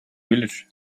village